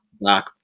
black